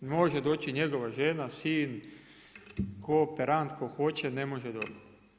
Može doći njegova žena, sin, kooperant, tko hoće, ne može dobiti.